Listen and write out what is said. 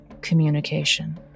communication